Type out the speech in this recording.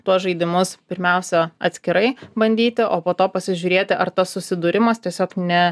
tuos žaidimus pirmiausia atskirai bandyti o po to pasižiūrėti ar tas susidūrimas tiesiog ne